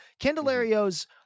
Candelario's